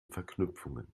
verknüpfungen